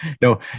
no